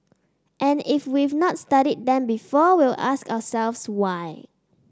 and if we've not studied them before we'll ask ourselves why